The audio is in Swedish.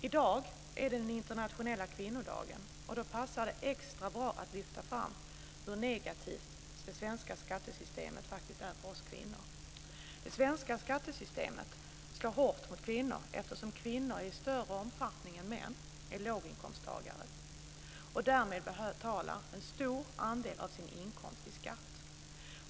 I dag är det den internationella kvinnodagen, och då passar det extra bra att lyfta fram hur negativt det svenska skattesystemet är för oss kvinnor. Det svenska skattesystemet slår hårt mot kvinnor, eftersom kvinnor i större omfattning än män är låginkomsttagare. Därmed betalar de en stor andel av sin inkomst i skatt.